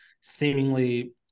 seemingly